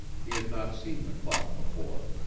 he had not seen the clock before.